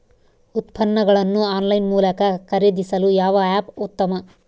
ಉತ್ಪನ್ನಗಳನ್ನು ಆನ್ಲೈನ್ ಮೂಲಕ ಖರೇದಿಸಲು ಯಾವ ಆ್ಯಪ್ ಉತ್ತಮ?